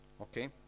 Okay